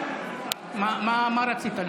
מה רצית?